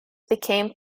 became